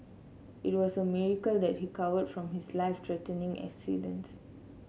it was a miracle that he recovered from his life threatening accidents